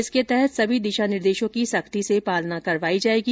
इसके तहत सभी दिशा निर्देशों की सख्ती से पालना करवाई जाएगी